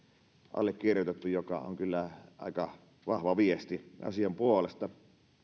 allekirjoitettu mikä on kyllä aika vahva viesti asian puolesta